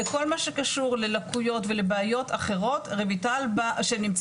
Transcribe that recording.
לכל מה שקשור ללקויות ולבעיות אחרות שנמצאים